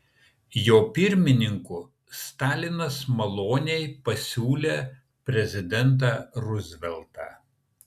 jo pirmininku stalinas maloniai pasiūlė prezidentą ruzveltą